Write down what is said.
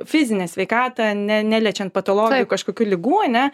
fizinę sveikatą ne neliečiant patologijų kažkokių ligų ane